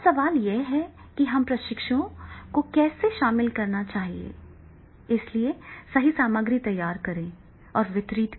तो इस प्रकार के प्रशिक्षणों के साथ बातचीत करना समूह की गतिशीलता का प्रबंधन करना उनके व्यक्तित्व को समझना सीखने की सेटिंग बनाना तैयारी करना और कक्षा प्रबंधन करना सभी का संचालन किया जाएगा